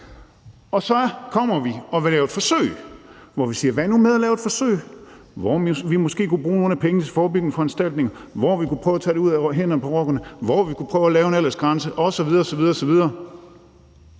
Så kommer vi og vil lave et forsøg, hvor vi siger: Hvad nu med at lave et forsøg, hvor vi måske kunne bruge nogle af pengene til forebyggende foranstaltninger, og hvor vi kunne prøve at tage det ud af hænderne på rockerne, og hvor vi kunne prøve at lave en aldersgrænse osv. osv. Og